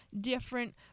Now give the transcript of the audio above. different